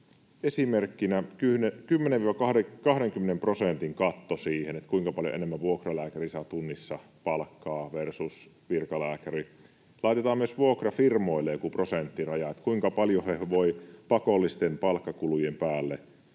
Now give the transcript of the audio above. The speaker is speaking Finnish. esimerkkinä vaikka 10—20 prosentin katto siihen, kuinka paljon enemmän saa tunnissa palkkaa vuokralääkäri versus virkalääkäri. Laitetaan myös vuokrafirmoille joku prosenttiraja, kuinka paljon he voivat pakollisten palkkakulujen päälle